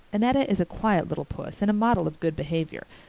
annetta is a quiet little puss and a model of good behavior,